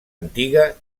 antiga